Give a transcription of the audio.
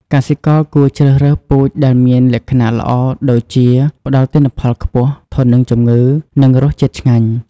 កសិករគួរជ្រើសរើសពូជដែលមានលក្ខណៈល្អដូចជា ផ្ដល់ទិន្នផលខ្ពស់ ធន់នឹងជំងឺ និងរសជាតិឆ្ងាញ់។